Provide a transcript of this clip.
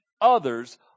others